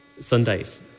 Sundays